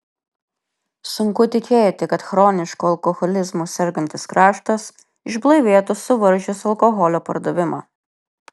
sunku tikėti kad chronišku alkoholizmu sergantis kraštas išblaivėtų suvaržius alkoholio pardavimą